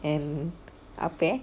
and apa eh